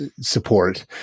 support